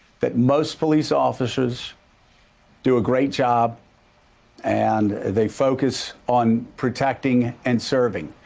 that most police officers do a great job and they focus on protecting and serving.